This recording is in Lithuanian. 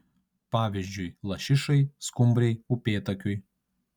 pavyzdžiui lašišai skumbrei upėtakiui